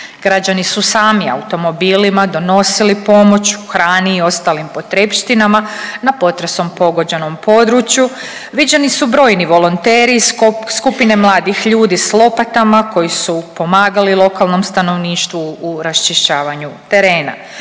Građani su sami automobilima donosili pomoć u hrani i ostalim potrepštinama na potresom pogođenom području, viđeni su brojni volonteri iz skupine mladih ljudi s lopatama koji su pomagali lokalnom stanovništvu u raščišćavanju terena.